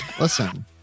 Listen